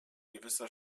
gewisser